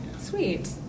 Sweet